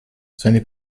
seine